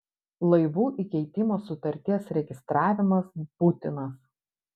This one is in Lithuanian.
laivų įkeitimo sutarties registravimas būtinas